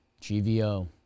GVO